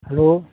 hello